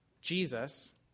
Jesus